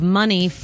money